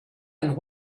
and